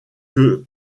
que